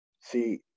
see